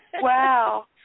Wow